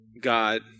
God